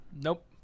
Nope